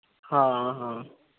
ᱦᱮᱸ ᱦᱮᱸ